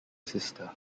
sister